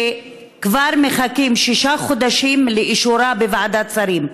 שכבר שישה חודשים מחכים לאישורה בוועדת שרים.